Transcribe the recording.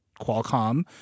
qualcomm